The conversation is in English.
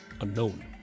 unknown